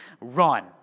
Run